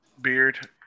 Beard